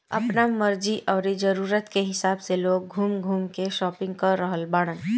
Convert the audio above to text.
आपना मर्जी अउरी जरुरत के हिसाब से लोग घूम घूम के शापिंग कर रहल बाड़न